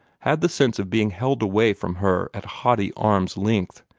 had the sense of being held away from her at haughty arm's length.